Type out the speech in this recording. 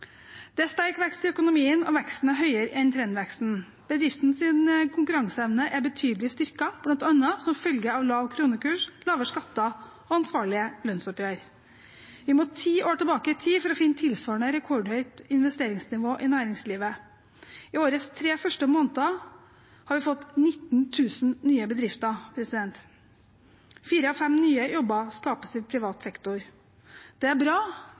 Det er sterk vekst i økonomien, og veksten er høyere enn trendveksten. Bedriftenes konkurranseevne er betydelig styrket, bl.a. som følge av lav kronekurs, lavere skatter og ansvarlige lønnsoppgjør. Vi må ti år tilbake i tid for å finne tilsvarende rekordhøyt investeringsnivå i næringslivet. I årets tre første måneder har vi fått 19 000 nye bedrifter. Fire av fem nye jobber skapes i privat sektor. Det er bra.